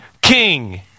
king